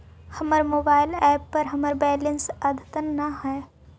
हमर mobile app पर हमर बैलेंस अद्यतन ना हई